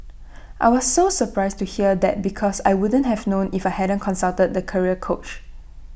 I was so surprised to hear that because I wouldn't have known if I hadn't consulted the career coach